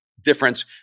Difference